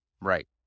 Right